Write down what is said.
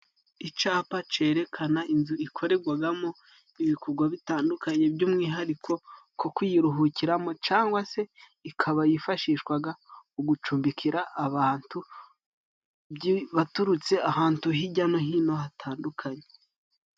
Icyapa cyerekana inzu ikorerwamo ibikorwa bitandukanye by'umwihariko nko kuyiruhukiramo ,cyangwa ikaba yifashishwa mu gucumbikira abantu baturutse ahantu hirya no hino hatandukanye